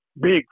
big